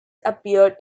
appeared